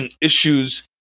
issues